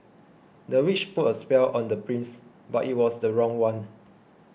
the witch put a spell on the prince but it was the wrong one